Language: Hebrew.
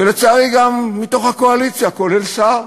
ולצערי, גם מתוך הקואליציה, כולל שר,